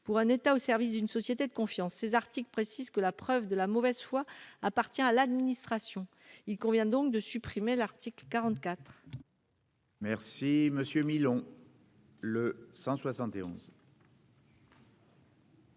pour un État au service d'une société de confiance ces articles précise que la preuve de la mauvaise foi, appartient à l'administration, il convient donc de supprimer l'article quarante-quatre. Merci